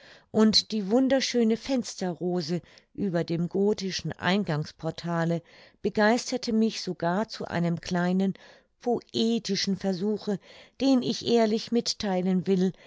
und die wunderschöne fensterrose über dem gothischen eingangsportale begeisterte mich sogar zu einem kleinen poetischen versuche den ich ehrlich mittheilen will